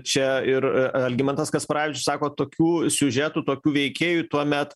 čia ir algimantas kasparavičius sako tokių siužetų tokių veikėjų tuomet